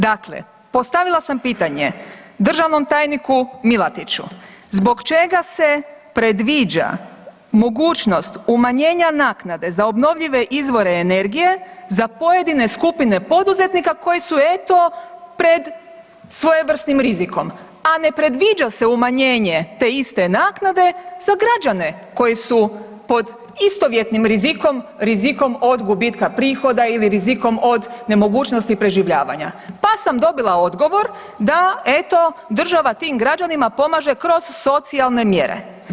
Dakle, postavila sam pitanje državnom tajniku Milatiću zbog čega se predviđa mogućnost umanjenja naknade za obnovljive izvore energije za pojedine skupine poduzetnika koji su, eto, pred svojevrsnim rizikom, a ne predviđa se umanjenje te iste naknade za građane koji su pod istovjetnim rizikom, rizikom od gubitka prihoda ili rizikom od nemogućnosti preživljavanja, pa sam dobila odgovor da, eto, država tim građanima pomaže kroz socijalne mjere.